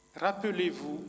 Rappelez-vous